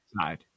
side